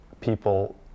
people